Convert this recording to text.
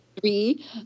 Three